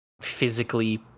physically